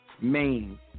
Maine